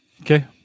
okay